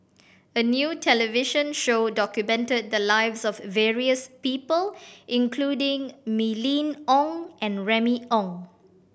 a new television show documented the lives of various people including Mylene Ong and Remy Ong